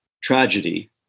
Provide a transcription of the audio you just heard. tragedy